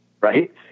right